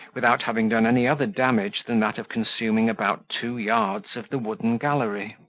without having done any other damage than that of consuming about two yards of the wooden gallery.